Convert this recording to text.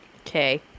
Okay